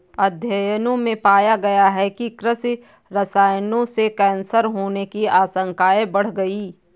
अध्ययनों में पाया गया है कि कृषि रसायनों से कैंसर होने की आशंकाएं बढ़ गई